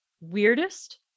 weirdest